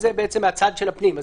זה מהצד של הפנים.